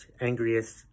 angriest